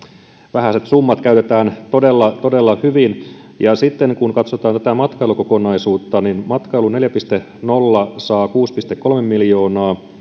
vähäiset summat käytetään todella todella hyvin sitten kun katsotaan tätä matkailukokonaisuutta niin matkailu neljä piste nolla saa kuusi pilkku kolme miljoonaa